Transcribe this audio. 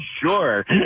sure